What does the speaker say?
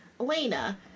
Elena